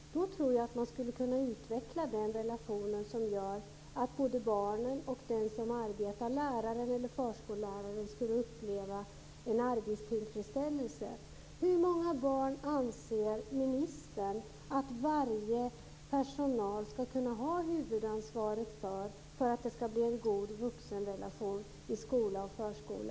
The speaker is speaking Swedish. Då tror jag att man skulle kunna utveckla en sådan relation att både barnen och den som arbetar - läraren eller förskolläraren - upplevde en arbetstillfredsställelse. För hur många barn anser ministern att varje anställd i personalen ska kunna ha huvudansvaret för att det ska bli en god vuxenrelation i skola och förskola?